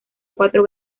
cuatro